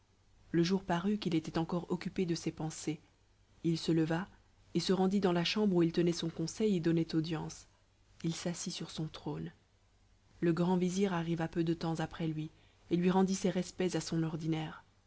le jour parut qu'il était encore occupé de ces pensées il se leva et se rendit dans la chambre où il tenait son conseil et donnait audience il s'assit sur son trône le grand vizir arriva peu de temps après et lui rendit ses respects à son ordinaire